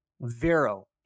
Vero